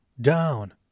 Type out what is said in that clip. down